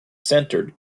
centered